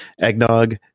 eggnog